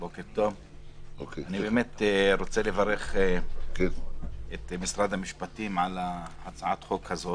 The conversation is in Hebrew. אני רוצה לברך את משרד המשפטים על הצעת החוק הזאת,